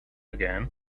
again